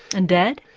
and dad?